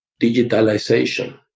digitalization